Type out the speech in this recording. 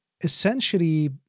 essentially